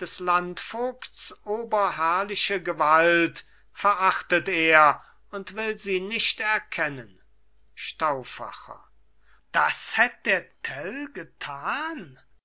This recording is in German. des landvogts oberherrliche gewalt verachtet er und will sie nicht erkennen stauffacher das hätt der tell getan